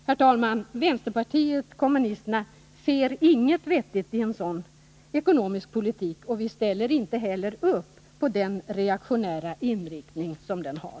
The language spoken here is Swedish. Vi inom vänsterpartiet kommunisterna ser inget vettigt i en sådan ekonomisk politik, och vi ställer inte heller upp på den reaktionära inriktning den har.